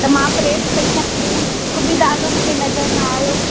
त मां प्रेस पेई कयां तॾहिं हिकु बि दाॻ मूंखे नज़र न आहियो